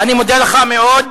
אני מודה לך מאוד.